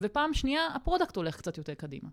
ופעם שנייה הפרודקט הולך קצת יותר קדימה